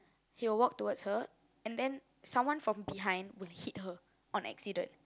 he'll walk towards her and then someone from behind will hit her on accident